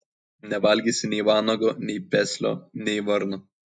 nevalgysi nei vanago nei peslio nei varno